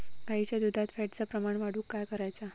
गाईच्या दुधात फॅटचा प्रमाण वाढवुक काय करायचा?